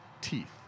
teeth